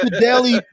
daily